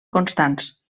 constants